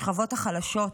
השכבות החלשות,